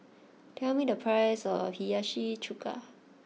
tell me the price of Hiyashi chuka